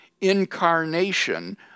incarnation